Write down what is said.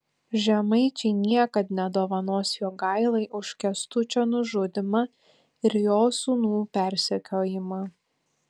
žemaičiai niekad nedovanos jogailai už kęstučio nužudymą ir jo sūnų persekiojimą